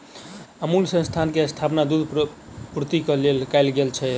अमूल संस्थान के स्थापना दूध पूर्ति के लेल कयल गेल छल